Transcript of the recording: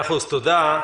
תודה.